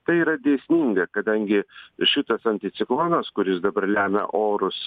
tai yra dėsninga kadangi šitas anticiklonas kuris dabar lemia orus